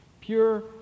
Pure